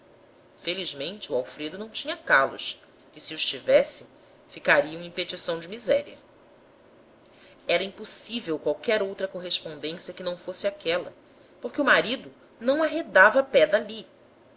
felizmente o alfredo não tinha calos que se os tivesse ficariam em petição de miséria era impossível qualquer outra correspondência que não fosse aquela porque o marido não arredava pé dali